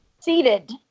Seated